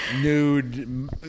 nude